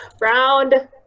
Round